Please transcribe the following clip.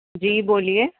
جی بولیے